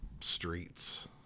streets